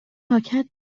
پاکت